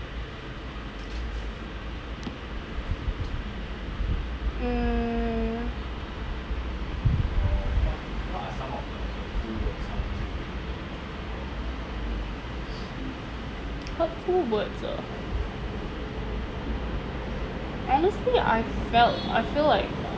mm hurtful words ah honestly I felt I feel like